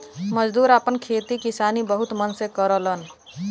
मजदूर आपन खेती किसानी बहुत मन से करलन